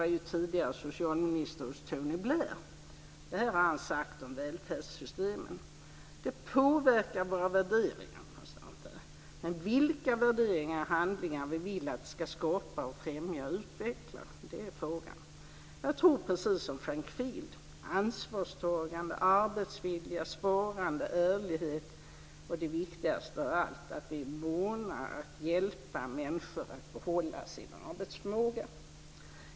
Han var tidigare socialminister hos Tony Blair. Han har sagt om välfärdssystemen: De påverkar våra värderingar. Men vilka värderingar och handlingar vill vi att de ska främja och utveckla? Det är frågan. Jag tror, precis som Frank Field, att det är ansvarstagande, arbetsvilja, sparande, ärlighet och - det viktigaste av allt - att vi är måna om att hjälpa människor att behålla sin arbetsförmåga.